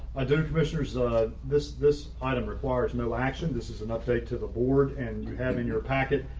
i don't commissioners a this this item requires no action. this is an update to the board and you have in your packet,